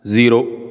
zero